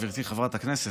גברתי חברת הכנסת,